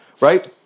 right